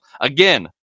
again